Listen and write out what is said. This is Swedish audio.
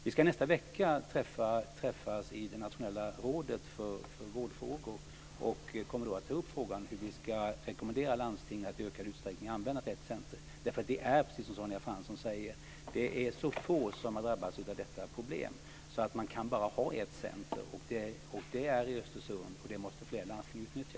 Vi ska nästa vecka träffas i det nationella rådet för vårdfrågor och kommer då att ta upp frågan hur vi ska rekommendera landsting att i ökad utsträckning använda Rett Center. Det är, precis som Sonja Fransson säger, så få som har drabbats av detta problem att man bara kan ha ett center. Det är i Östersund. Det måste fler landsting utnyttja.